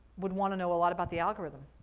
would want to know a lot about the algorithm.